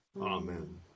Amen